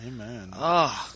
Amen